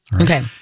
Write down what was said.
Okay